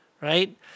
Right